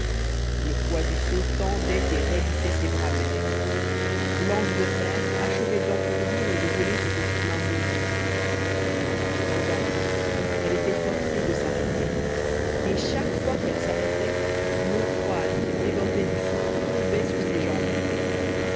le poids du seau tendait et raidissait ses bras maigres l'anse de fer achevait d'engourdir et de geler ses petites mains mouillées de temps en temps elle était forcée de s'arrêter et chaque fois qu'elle s'arrêtait l'eau froide qui débordait du seau tombait sur ses jambes nues